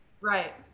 Right